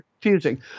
confusing